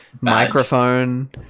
microphone